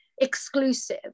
exclusive